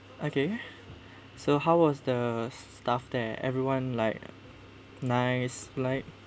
okay so how was the staff there everyone like nice like